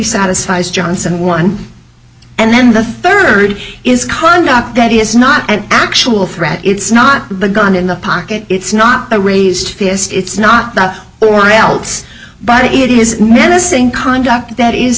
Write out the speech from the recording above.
satisfies johnson one and then the third is conduct that is not an actual threat it's not the gun in the pocket it's not the raised fist it's not that no one else but it is menacing conduct that is